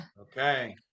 Okay